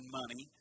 money